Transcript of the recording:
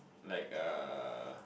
like uh